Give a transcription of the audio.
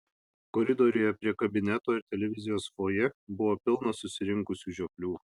koridoriuje prie kabineto ir televizijos fojė buvo pilna susirinkusių žioplių